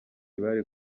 bari